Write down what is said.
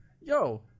yo